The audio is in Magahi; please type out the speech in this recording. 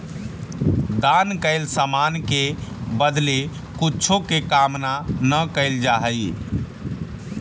दान कैल समान के बदले कुछो के कामना न कैल जा हई